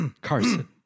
Carson